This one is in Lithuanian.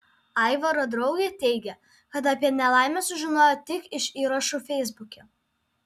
aivaro draugė teigia kad apie nelaimę sužinojo tik iš įrašų feisbuke